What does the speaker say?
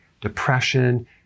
depression